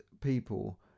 people